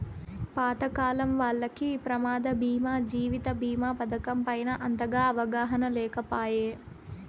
పాతకాలం వాల్లకి ప్రమాద బీమా జీవిత బీమా పతకం పైన అంతగా అవగాహన లేకపాయె